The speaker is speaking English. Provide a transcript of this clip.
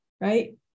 right